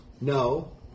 No